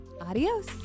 Adios